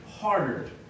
harder